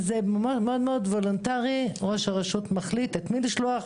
זה מאוד וולונטרי; ראש הרשות מחליט את מי לשלוח,